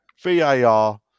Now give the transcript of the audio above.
VAR